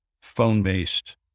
phone-based